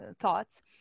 thoughts